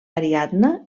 ariadna